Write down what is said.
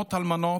מאות אלמנות,